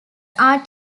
are